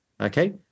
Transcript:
Okay